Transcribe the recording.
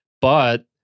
But-